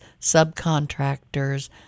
subcontractors